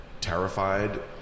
terrified